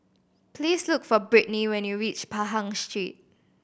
please look for Britny when you reach Pahang Street